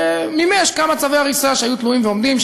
ומימש כמה צווי הריסה שהיו תלויים ועומדים,